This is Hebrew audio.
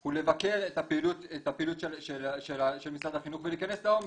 הוא לבקר את הפעילות של משרד החינוך ולהיכנס לעומק.